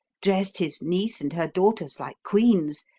dressed his niece and her daughters like queens,